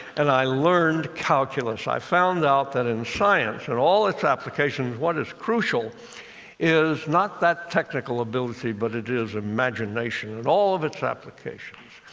and i learned calculus. i found out that in science and all its applications, what is crucial is not that technical ability, but it is imagination in all of its applications.